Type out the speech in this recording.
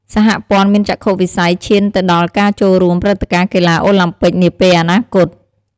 សហព័ន្ធមានចក្ខុវិស័យឈានទៅដល់ការចូលរួម ព្រឹត្តិការណ៍កីឡាអូឡាំពិកនាពេលអនាគត។